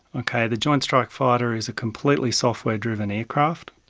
okay, the joint strike fighter is a completely software driven aircraft.